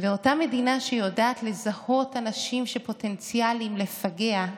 ואותה מדינה שיודעת לזהות אנשים שפוטנציאליים לפגע,